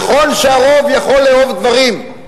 נכון שהרוב יכול לאהוב דברים,